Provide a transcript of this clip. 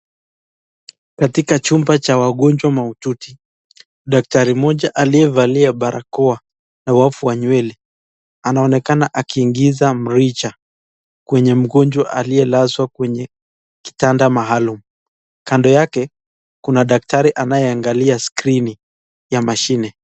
Katika chumba cha wangonjwa mahututi daktari mmoja aliyevalia barakoa na wavu wa nywele anaonekana akiingiza mrija kwenye mgonjwa aliyelazwa kwenye kitanda maalum kando yake kuna daktari anayeangalia skrini ya mashine.